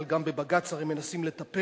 אבל גם בבג"ץ הרי מנסים לטפל,